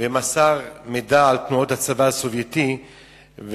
ומסר מידע על תנועות הצבא הסובייטי ועל